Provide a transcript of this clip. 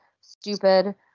stupid